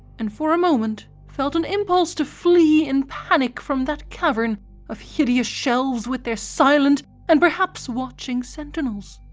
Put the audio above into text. and for a moment felt an impulse to flee in panic from that cavern of hideous shelves with their silent and perhaps watching sentinels.